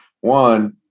One